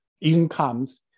incomes